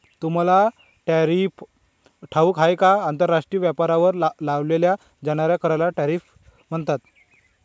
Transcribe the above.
तुम्हाला टॅरिफ ठाऊक आहे का? आंतरराष्ट्रीय व्यापारावर लावल्या जाणाऱ्या कराला टॅरिफ म्हणतात